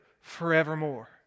forevermore